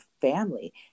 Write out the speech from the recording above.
family